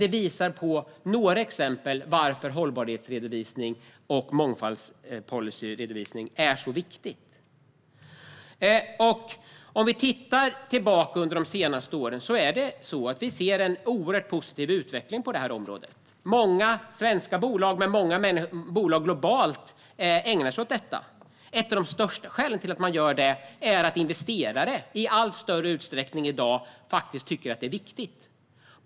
De visar hur som helst på varför hållbarhetsredovisning och mångfaldspolicyredovisning är viktigt. Om man ser tillbaka på de senaste åren ser man en oerhört positiv utveckling på området. Många svenska bolag liksom många bolag globalt sett ägnar sig åt detta. Ett av de största skälen till att man gör detta är att investerare i allt större utsträckning i dag tycker att detta är viktigt.